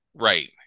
Right